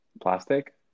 plastic